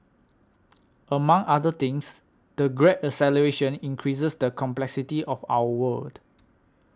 among other things the Great Acceleration increases the complexity of our world